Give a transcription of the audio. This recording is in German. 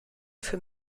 für